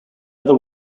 other